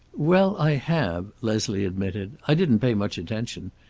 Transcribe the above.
well, i have, leslie admitted. i didn't pay much attention.